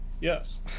yes